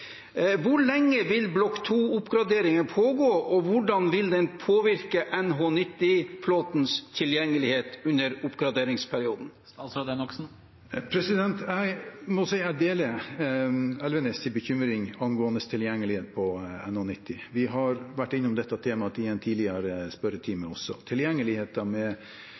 påvirke NH90-flåtens tilgjengelighet?» Jeg må si at jeg deler Elvenes' bekymring angående tilgjengelighet på NH90. Vi har også vært innom dette temaet i en tidligere spørretime.